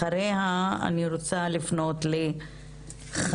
אחריה אני רוצה לפנות לחיים